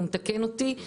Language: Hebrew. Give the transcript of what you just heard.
והוא מתקן אותי,